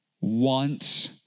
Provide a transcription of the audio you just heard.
wants